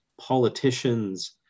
politicians